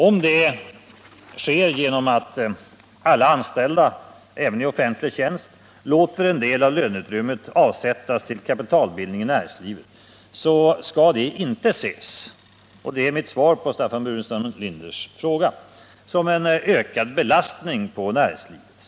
Om det sker genom att alla anställda —- även i offentlig tjänst — låter en del av löneutrymmet avsättas till kapitalbildning i näringslivet skall detta inte ses — och det är mitt svar på Staffan Burenstam Linders fråga — som en ökad belastning på näringslivet.